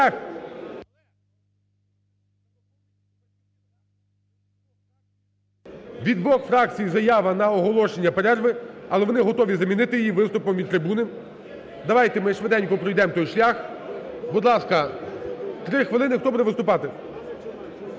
Від двох фракцій на оголошення перерви, але вони готові замінити її виступом від трибуни. Давайте ми швиденько пройдемо той шлях. Будь ласка, 3 хвилини, хто буде виступати?